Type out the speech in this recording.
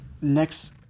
next